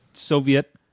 Soviet